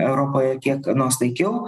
europoje kiek nuosaikiau